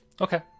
Okay